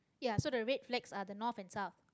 ya so the red flags are the north and south